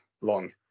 long